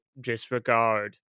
disregard